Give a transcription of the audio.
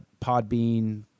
Podbean